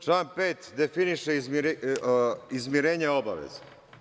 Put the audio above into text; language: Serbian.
Član 5. definiše izmirenje obaveza.